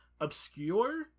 obscure